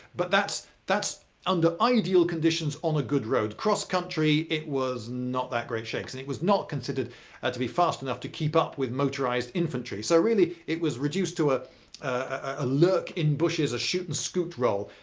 but that's that's under ideal conditions on a good road, cross-country it was not that great shakes. and it was not considered ah to be fast enough to keep up with motorised infantry. so really it was reduced to a lurk-in-bushes, a shoot-and-scoot role.